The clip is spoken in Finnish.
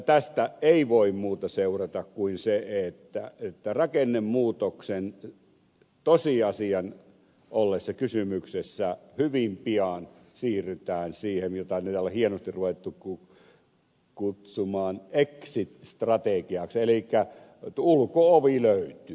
tästä ei voi muuta seurata kuin se että rakennemuutoksen tosiasian ollessa kysymyksessä hyvin pian siirrytään siihen mitä täällä on ruvettu hienosti kutsumaan exit strategiaksi eli ulko ovi löytyy